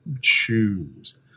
choose